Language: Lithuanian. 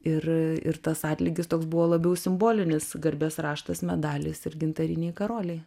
ir ir tas atlygis toks buvo labiau simbolinis garbės raštas medalis ir gintariniai karoliai